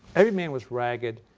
every man was ragged,